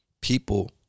people